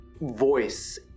voice